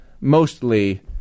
mostly